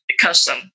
custom